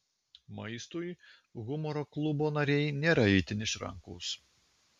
maistui humoro klubo nariai nėra itin išrankūs